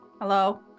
Hello